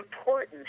important